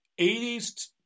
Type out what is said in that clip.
80s